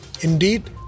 Indeed